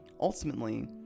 Ultimately